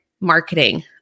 marketing